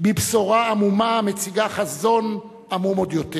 בבשורה עמומה המציגה חזון עמום עוד יותר.